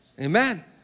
Amen